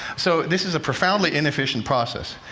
so this is a profoundly inefficient process.